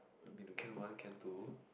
been to can one can two